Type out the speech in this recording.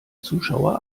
zuschauer